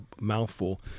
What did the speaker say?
mouthful